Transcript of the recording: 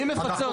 מי מפצה אותו?